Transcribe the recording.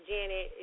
Janet